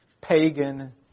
pagan